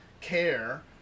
care